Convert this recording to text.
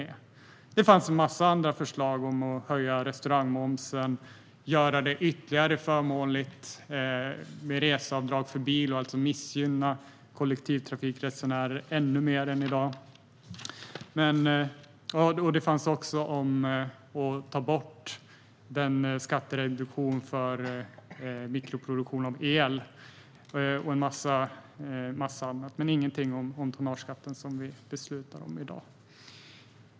Det fanns en massa andra förslag om att höja restaurangmomsen och göra det ytterligare förmånligt med reseavdrag för bil och alltså missgynna kollektivtrafikresenärer ännu mer än i dag. Det fanns också förslag om att ta bort skattereduktionen för mikroproduktion av el och en massa annat, men ingenting om tonnageskatten, som vi beslutar om i dag.